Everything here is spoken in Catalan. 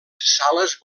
sales